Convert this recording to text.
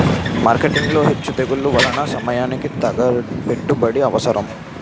marketing లో హెచ్చుతగ్గుల వలన సమయానికి తగ్గ పెట్టుబడి అవసరం